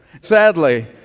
Sadly